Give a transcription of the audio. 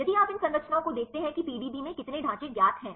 यदि आप इन संरचनाओं को देखते हैं कि पीडीबी में कितने ढांचे ज्ञात हैं